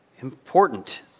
important